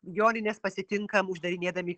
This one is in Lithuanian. jonines pasitinkam uždarinėdami